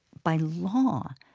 by law,